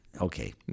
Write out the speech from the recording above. Okay